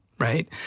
right